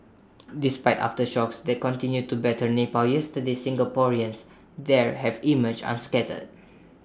despite aftershocks that continued to batter Nepal yesterday Singaporeans there have emerged unscathed